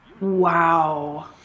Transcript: Wow